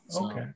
okay